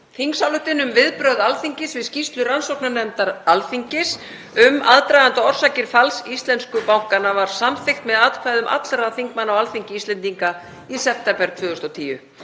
Þingsályktun um viðbrögð Alþingis við skýrslu rannsóknarnefndar Alþingis, um aðdraganda og orsakir falls íslensku bankanna, var samþykkt með atkvæðum allra þingmanna á Alþingi Íslendinga í september 2010.